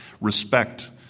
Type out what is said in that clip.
respect